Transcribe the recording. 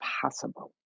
possible